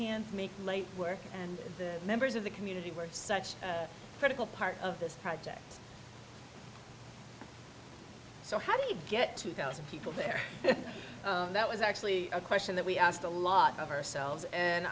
make light work and the members of the community were such a critical part of this project so how do you get two thousand people there that was actually a question that we asked a lot of ourselves and